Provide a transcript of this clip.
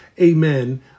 amen